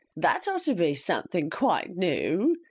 that ought to be some thing quite new.